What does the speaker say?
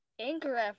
Anchor